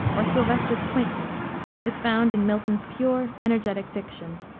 or sylvester's quaintness is found in milton's pure, energetic diction.